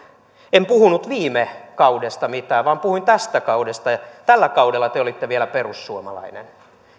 en puhunut viime kaudesta mitään vaan puhuin tästä kaudesta ja tällä kaudella te olitte aluksi vielä perussuomalainen